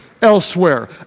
elsewhere